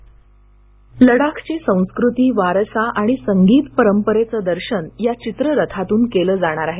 ध्वनी लडाखची संस्कृती वारसा आणि संगीत परंपरेचं दर्शन या चित्ररथातून केलं जाणार आहे